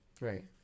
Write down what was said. Right